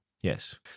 Yes